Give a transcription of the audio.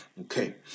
Okay